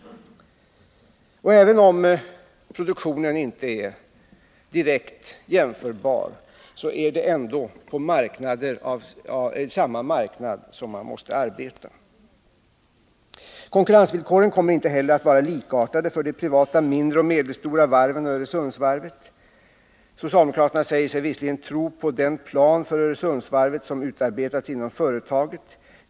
Och även om produktionen inte är direkt jämförbar är det ändå på samma marknad som varven måste arbeta. Konkurrensvillkoren kommer inte heller att vara likartade för de privata mindre och medelstora varven och Öresundsvarvet. Socialdemokraterna säger sig visserligen tro på den plan för Öresundsvarvet som utarbetats inom företaget.